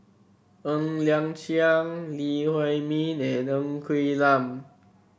Ng Liang Chiang Lee Huei Min and Ng Quee Lam